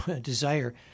desire